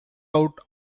out